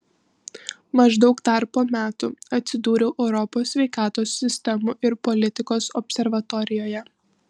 maždaug dar po metų atsidūriau europos sveikatos sistemų ir politikos observatorijoje